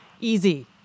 easy